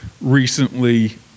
recently